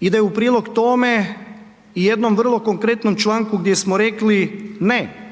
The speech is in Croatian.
ide u prilog tome i jednom vrlo konkretnom članku gdje smo rekli ne